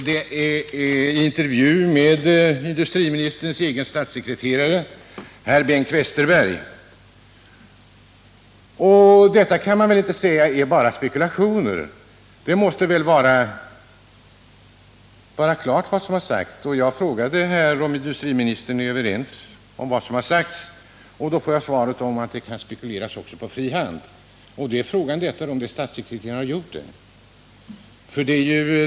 Det gäller en intervju med industriministerns egen statssekreterare, herr Bengt Westerberg. Om detta kan man inte säga att det bara är spekulationer. Jag frågade industriministern om han instämde med vad som här sagts och då fick jag till svar att det kan spekuleras också på fri hand. Frågan är om statssekreteraren har gjort det.